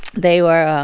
they were